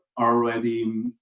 already